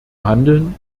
handeln